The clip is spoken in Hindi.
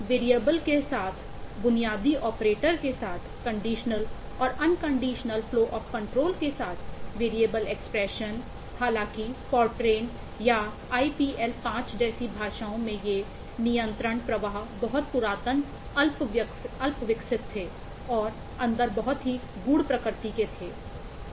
वेरिएबल जैसी भाषाओं में ये नियंत्रण प्रवाह बहुत पुरातन अल्पविकसित थे और अंदर बहुत ही गूढ़ प्रकृति के थे